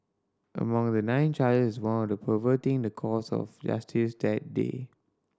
among the nine charges is one of perverting the course of justice that day